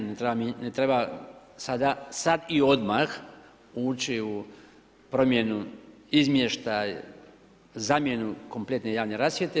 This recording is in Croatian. Ne treba sada i odmah ući u promjenu, izmještaj, zamjenu kompletne javne rasvjete.